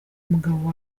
mugabo